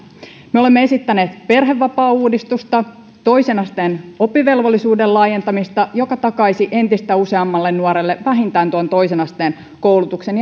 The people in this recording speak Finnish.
me olemme esittäneet perhevapaauudistusta toisen asteen oppivelvollisuuden laajentamista mikä takaisi entistä useammalle nuorelle vähintään toisen asteen koulutuksen